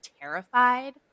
terrified